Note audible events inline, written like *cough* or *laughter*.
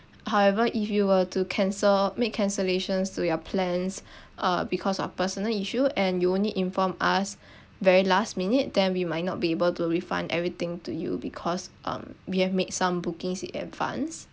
however if you were to cancel make cancellations to your plans *breath* uh because of personal issue and you only inform us *breath* very last minute then we might not be able to refund everything to you because um we have made some bookings in advance